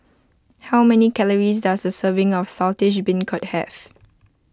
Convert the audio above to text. how many calories does a serving of Saltish Beancurd have